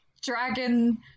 dragon